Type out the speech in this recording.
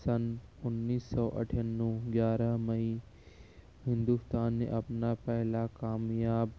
سن انیس سو اٹھانوے گیارہ مئی ہندوستان نے اپنا پہلا کامیاب